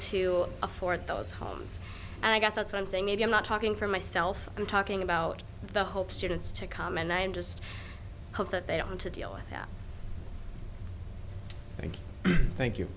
to afford those homes and i guess that's why i'm saying maybe i'm not talking for myself i'm talking about the hope students to come and i just hope that they don't want to deal with that thank you